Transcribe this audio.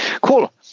Cool